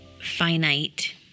Finite